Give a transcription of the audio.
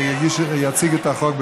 יציג את החוק,